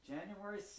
January